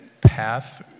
path